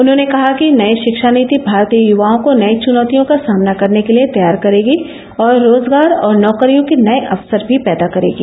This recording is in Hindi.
उन्होंने कहा है कि नई शिक्षा नीति भारतीय युवाओं को नई चुनौतियों का सामना करने के लिए तैयार करेगी और रोजगार और नौकरियों के नए अवसर भी पैदा करेगी